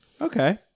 Okay